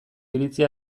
iritzi